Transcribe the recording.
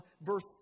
verse